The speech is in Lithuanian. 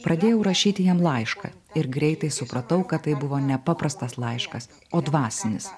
pradėjau rašyti jam laišką ir greitai supratau kad tai buvo ne paprastas laiškas o dvasinis